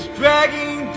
dragging